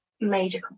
major